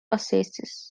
assists